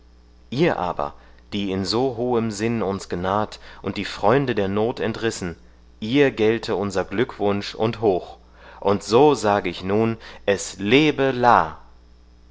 ihr aber die in so hohem sinn uns genaht und die freunde der not entrissen ihr gelte unser glückwunsch und hoch und so sage ich nun es lebe